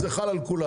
זה חל על כולם.